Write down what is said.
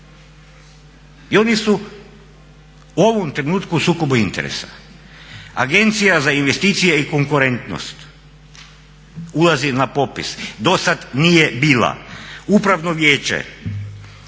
i oni su u ovom trenutku u sukobu interesa. Agencija za investicije i konkurentnost ulazi na popis, dosad nije bila. Upravno vijeće